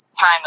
time